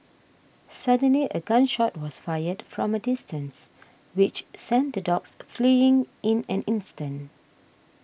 suddenly a gun shot was fired from a distance which sent the dogs fleeing in an instant